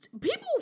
people